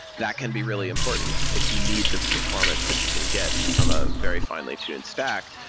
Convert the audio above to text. that can be really important if you need the performance that you can get from a very finely tuned stack.